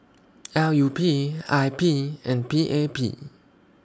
L U P I P and P A P